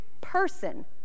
person